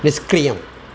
निष्क्रियम्